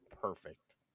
Perfect